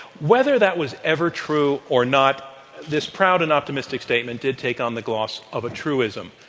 whether that was ever true or not this proud and optimistic statement did take on the gloss of a truism.